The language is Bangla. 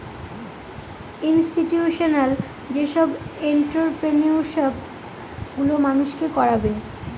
ইনস্টিটিউশনাল যেসব এন্ট্ররপ্রেনিউরশিপ গুলো মানুষকে করাবে